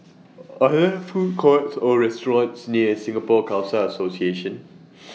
Are There Food Courts Or restaurants near Singapore Khalsa Association